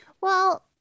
Well-